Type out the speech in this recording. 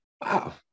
Wow